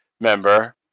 member